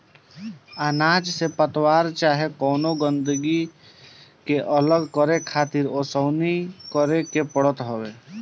अनाज से पतवार चाहे कवनो गंदगी के अलग करके खातिर ओसवनी करे के पड़त हवे